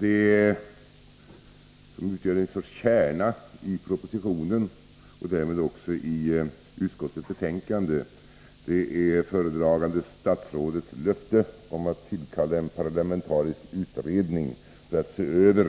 Det som utgör en sorts kärna i propositionen och därmed också i utskottets betänkande är föredragande statsrådets löfte om att tillkalla en parlamentarisk utredning för att se över